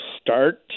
start